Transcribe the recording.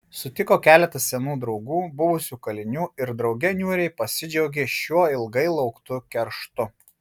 sutiko keletą senų draugų buvusių kalinių ir drauge niūriai pasidžiaugė šiuo ilgai lauktu kerštu